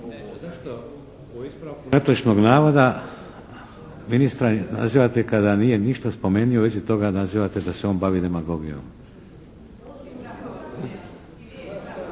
Zašto u ispravku netočnog navoda ministra nazivate kada nije ništa spomenuo u vezi toga, nazivate da se on bavi demagogijom?